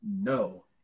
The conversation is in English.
No